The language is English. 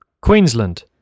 Queensland